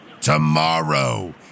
Tomorrow